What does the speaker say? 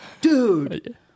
dude